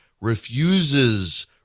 refuses